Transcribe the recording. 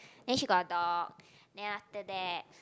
and she got a dog then after that